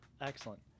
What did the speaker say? Excellent